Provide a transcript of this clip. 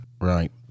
Right